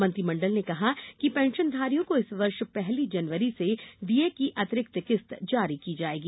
मंत्रिमंडल ने कहा कि पेंशनधारियों को इस वर्ष पहली जनवरी से डीए की अतिरिक्त किस्त जारी की जाएगी